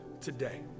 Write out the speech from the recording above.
today